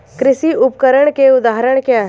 कृषि उपकरण के उदाहरण क्या हैं?